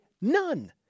None